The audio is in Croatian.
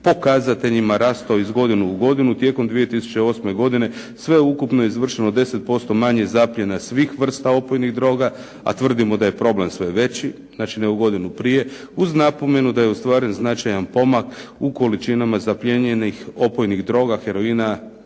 pokazateljima rastao iz godine u godinu. Tijekom 2008. godine sveukupno je izvršeno 10% zapljena svih vrsta opojnih droga, a tvrdimo da je problem sve veći, znači ne ovu godinu prije. Uz napomenu da je ostvaren značajan pomak u količinama zaplijenjenih opojnih droga, heroina,